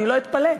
לא אתפלא.